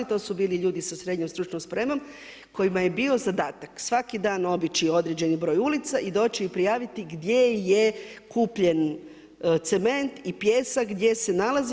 To su bili ljudi sa srednjom stručnom spremom kojima je bio zadatak svaki dan obići određeni broj ulica i doći i prijaviti gdje je kupljen cement i pijesak, gdje se nalazi.